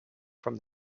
from